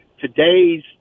Today's